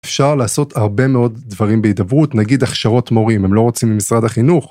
אפשר לעשות הרבה מאוד דברים בהדברות, נגיד הכשרות מורים- הם לא רוצים למשרד החינוך.